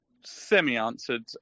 semi-answered